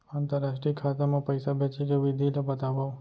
अंतरराष्ट्रीय खाता मा पइसा भेजे के विधि ला बतावव?